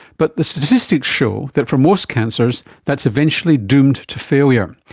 but the statistics show that for most cancers that's eventually doomed to failure.